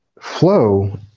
flow